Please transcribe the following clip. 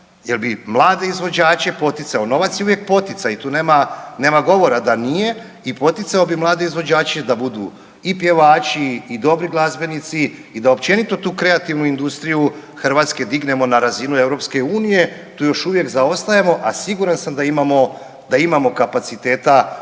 jel bi mlade izvođače poticao, novac je uvijek poticaj i tu nema, nema govora da nije i poticao bi mlade izvođače da budu i pjevači i dobri glazbenici i da općenito tu kreativnu industriju hrvatske dignemo na razinu EU, tu još uvijek zaostajemo, a siguran sam da imamo, da imamo